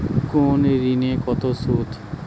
কোন ঋণে কত সুদ?